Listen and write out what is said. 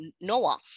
Noah